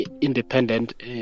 independent